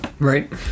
Right